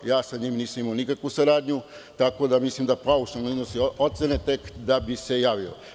Ja sa njim nisam imao nikakvu saradnju, tako da mislim da paušalno iznosi ocene tek da bi se javio.